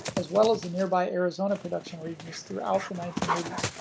as well as the nearby arizona production regions throughout the nineteen eighty s.